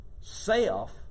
self